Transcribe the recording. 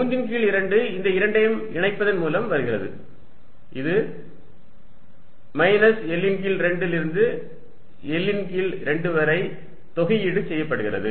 3 ன் கீழ் 2 இந்த இரண்டையும் இணைப்பதன் மூலம் வருகிறது இது மைனஸ் L ன் கீழ் 2 லிருந்து L ன் கீழ் 2 வரை தொகையீடு செய்யப்படுகிறது